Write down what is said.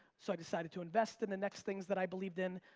so i decided to invest in the next things that i believed in.